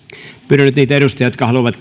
pyydän nyt niitä edustajia jotka haluavat